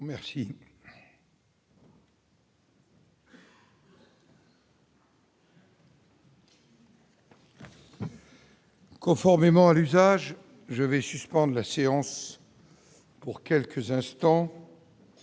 Nicole. Conformément à l'usage, je vais suspende la séance pour quelques instants,